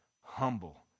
humble